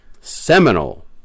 seminal